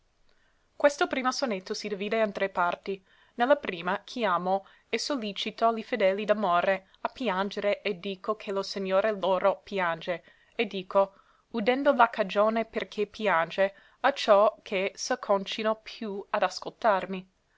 questo primo sonetto si divide in tre parti ne la prima chiamo e sollìcito li fedeli d'amore a piangere e dico che lo segnore loro piange e dico udendo la cagione per che piange acciò che s'acconcino più ad ascoltarmi